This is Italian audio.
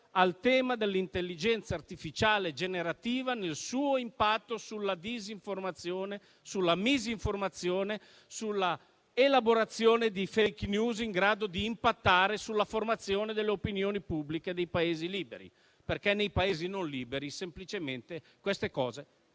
al tema dell'intelligenza artificiale generativa nel suo impatto sulla disinformazione, sulla misinformazione, sulla elaborazione di *fake news* in grado di impattare sulla formazione dell'opinione pubblica dei Paesi liberi. Ricordo che nei Paesi non liberi semplicemente queste cose